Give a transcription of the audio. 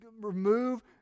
remove